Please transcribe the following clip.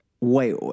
wait